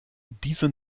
diese